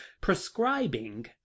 prescribing